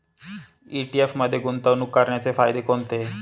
ETF मध्ये गुंतवणूक करण्याचे फायदे कोणते?